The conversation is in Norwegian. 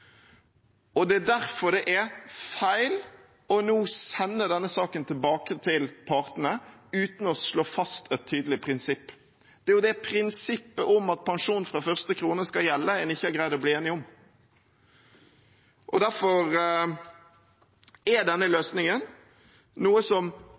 Det er derfor det er feil nå å sende denne saken tilbake til partene uten å slå fast et tydelig prinsipp. Det er jo det prinsippet om at pensjon fra første krone skal gjelde, en ikke har greid å bli enige om. Derfor er denne løsningen noe som